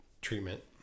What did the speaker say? treatment